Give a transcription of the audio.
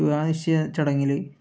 വിവാഹ നിശ്ചയ ചടങ്ങിൽ